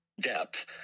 depth